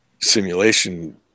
simulation